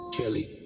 Chili